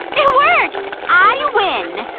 it worked! i win!